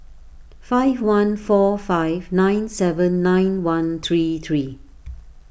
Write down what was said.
five one four five nine seven nine one three three